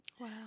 Wow